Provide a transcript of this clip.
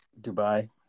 Dubai